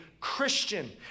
Christian